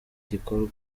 gikorwa